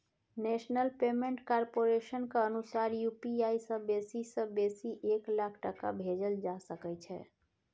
national payment कारपोरेशनक अनुसार UPI सँ बेसी सँ बेसी एक लाख टका भेजल जा सकै छै